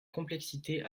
complexité